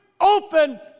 open